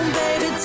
baby